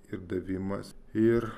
ir davimas ir